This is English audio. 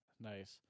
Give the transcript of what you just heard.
Nice